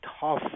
tough